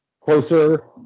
closer